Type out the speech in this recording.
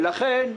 ולכן,